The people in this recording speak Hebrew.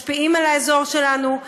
משפיעים על האזור שלנו,